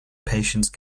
patience